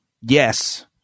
Yes